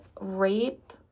rape